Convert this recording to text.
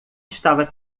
estava